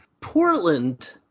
portland